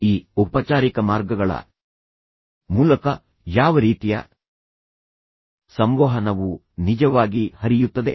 ಈಗ ಈ ಔಪಚಾರಿಕ ಮಾರ್ಗಗಳ ಮೂಲಕ ಯಾವ ರೀತಿಯ ಸಂವಹನವು ನಿಜವಾಗಿ ಹರಿಯುತ್ತದೆ